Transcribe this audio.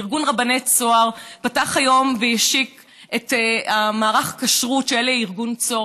ארגון רבני צהר פתח היום והשיק את מערך הכשרות של ארגון צהר,